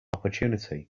opportunity